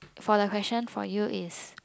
for the question for you is